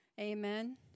Amen